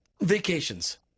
Vacations